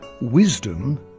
wisdom